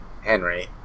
Henry